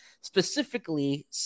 specifically